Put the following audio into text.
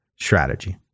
strategy